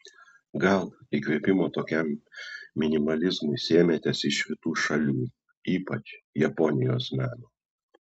gal įkvėpimo tokiam minimalizmui sėmėtės iš rytų šalių ypač japonijos meno